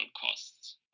costs